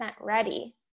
ready